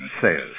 says